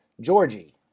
Georgie